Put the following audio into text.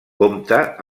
compta